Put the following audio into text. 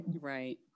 Right